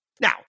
now